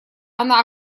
она